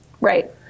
Right